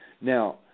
Now